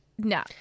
No